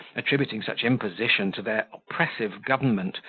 attributing such imposition to their oppressive government,